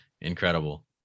Incredible